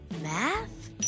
math